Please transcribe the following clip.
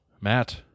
Matt